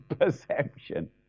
perception